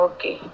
Okay